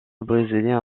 brésilien